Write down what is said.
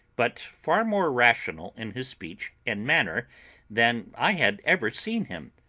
but far more rational in his speech and manner than i had ever seen him.